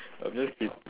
I'm just kid~